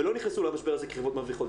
ולא נכנסו למשבר הזה כחברות מרוויחות.